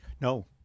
No